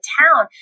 town